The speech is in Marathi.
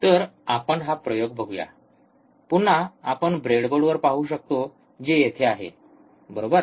तर आपण हा प्रयोग बघूया पुन्हा आपण ब्रेडबोर्डवर पाहू शकतो जे येथे आहे बरोबर